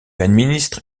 administre